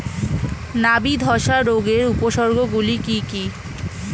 নাবি ধসা রোগের উপসর্গগুলি কি কি?